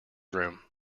room